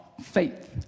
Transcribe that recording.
faith